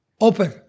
open